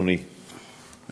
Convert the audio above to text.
אין תשובת שר?